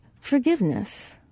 forgiveness